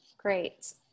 Great